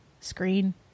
screen